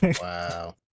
Wow